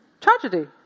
Tragedy